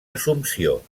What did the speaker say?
assumpció